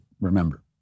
remember